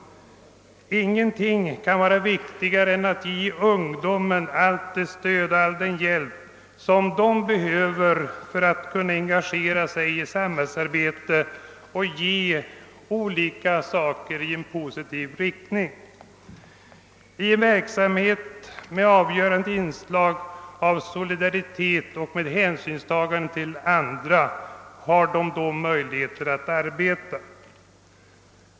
Ingenting kan vara viktigare än att ge ungomen allt det stöd och all den hjälp som den behöver för att kunna engagera sig i samhällsarbete av olika slag i positiv riktning. I en verksamhet med avgörande inslag av solidaritet och hänsynstagande till andra har ungdomarna möjligheter att arbeta.